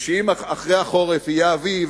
ושאם אחרי החורף יהיה אביב,